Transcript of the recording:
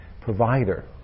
provider